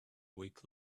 week